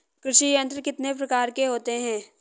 कृषि यंत्र कितने प्रकार के होते हैं?